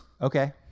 Okay